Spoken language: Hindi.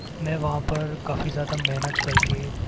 मैं वहाँ पर काफ़ी ज़्यादा मेहनत करके